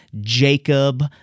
Jacob